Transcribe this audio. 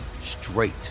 straight